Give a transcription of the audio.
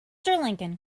lincoln